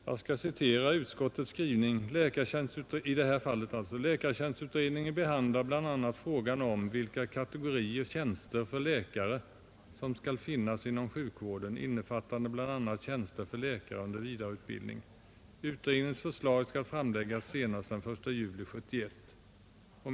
Jag skall citera utskottets skrivning i detta fall: ”Läkartjänstutredningen behandlar bl.a. frågan om vilka kategorier tjänster för läkare som skall finnas inom sjukvården innefattande bl.a. tjänster för läkare under vidareutbildning. Utredningens förslag skall framläggas senast den 1 juli 1971.